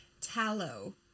tallow